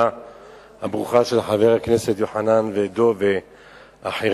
הברוכה של חברי הכנסת יוחנן ודב ואחרים.